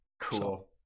cool